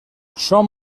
són